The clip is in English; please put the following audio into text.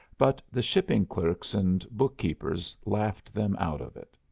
but the shipping clerks and bookkeepers laughed them out of it.